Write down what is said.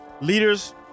leaders